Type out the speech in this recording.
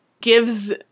gives